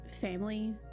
family